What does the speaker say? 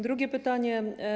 Drugie pytanie.